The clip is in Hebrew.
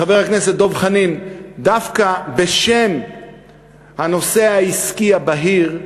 חבר הכנסת דב חנין, דווקא בשם הנושא העסקי הבהיר,